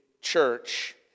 Church